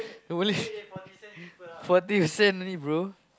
no really forty cent only bro